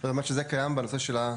אמרת שזה קיים בנושא של הפנסיות?